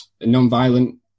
non-violent